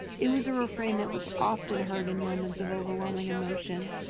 it was a refrain that was often heard in moments of overwhelming emotion.